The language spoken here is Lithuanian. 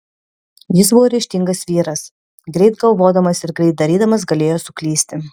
jis buvo ryžtingas vyras greit galvodamas ir greit darydamas galėjo suklysti